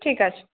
ঠিক আছে